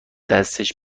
دستش